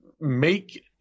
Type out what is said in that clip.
make